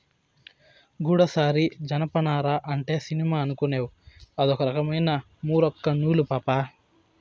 గూడసారి జనపనార అంటే సినిమా అనుకునేవ్ అదొక రకమైన మూరొక్క నూలు పాపా